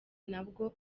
nabwo